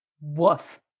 Woof